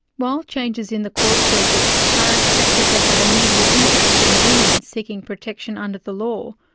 while changes in the court circuits are expected to have a negative impact on women seeking protection under the law,